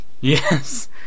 Yes